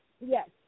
Yes